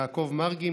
יעקב מרגי,